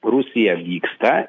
rusija vyksta